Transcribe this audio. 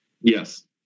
Yes